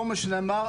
לא משנה מה,